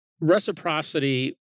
reciprocity